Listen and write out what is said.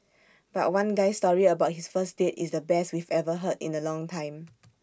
but one guy's story about his first date is the best we've heard in A long time